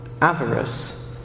Avarice